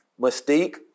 Mystique